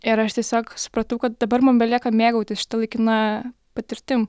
ir aš tiesiog supratau kad dabar mum belieka mėgautis šita laikina patirtim